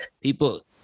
People